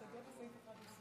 אתה עוקב אחרי ההסתייגות?